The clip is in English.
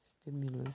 stimulus